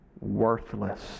Worthless